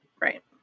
right